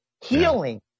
Healing